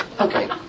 Okay